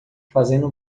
fazendo